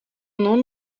nom